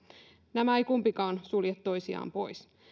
nämä eivät kumpikaan sulje toisiaan pois